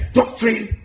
doctrine